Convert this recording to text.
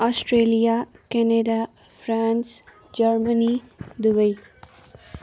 Australia Canada France Germany Dubai